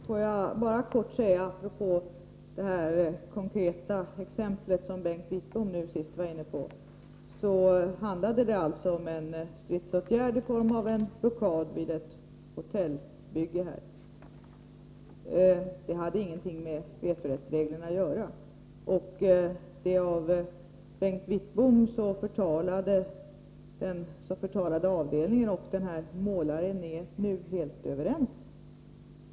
Herr talman! Får jag bara kort säga, apropå det konkreta exempel som Bengt Wittbom nu var inne på, att det handlar om stridsåtgärder i form av en blockad vid ett hotellbygge. Den hade ingenting med vetorättsreglerna att göra. Den av Bengt Wittbom så förtalade avdelningen och vederbörande målare är nu helt överens.